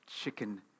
chicken